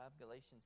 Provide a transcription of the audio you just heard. Galatians